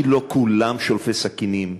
כי לא כולם שולפי סכינים,